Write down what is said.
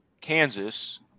Kansas